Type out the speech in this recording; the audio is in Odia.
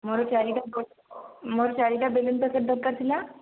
ମୋର ଚାରିଟା ମୋର ଚାରିଟା ବେଲୁନ ପ୍ୟାକେଟ ଦରକାର ଥିଲା